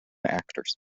actors